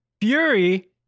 Fury